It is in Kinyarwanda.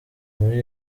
muri